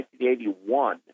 1981